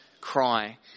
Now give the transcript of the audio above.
cry